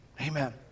Amen